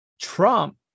trump